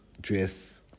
dress